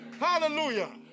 Hallelujah